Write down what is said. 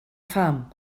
pham